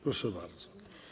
Proszę bardzo.